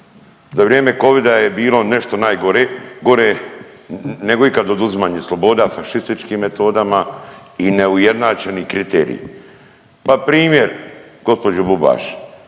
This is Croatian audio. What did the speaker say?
Za vrijeme covida je bilo nešto najgore, gore nego ikad oduzimanje sloboda fašističkim metodama i neujednačeni kriteriji. Pa primjer gospođo Bubaš,